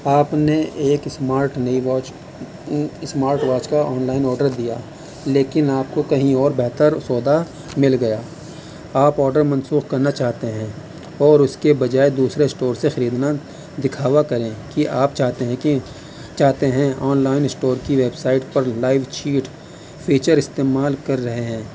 آپ نے ایک اسمارٹ نئی واچ اسمارٹ واچ کا آن لائن آڈر دیا لیکن آپ کو کہیں اور بہتر سودہ مل گیا آپ آڈر منسوخ کرنا چاہتے ہیں اور اس کے بجائے دوسرے اسٹور سے خریدنا دکھاوا کریں کہ آپ چاہتے ہیں کہ چاہتے ہیں آن لائن اسٹور کی ویب سائٹ پر لائیو چَیٹ فیچر استعمال کر رہے ہیں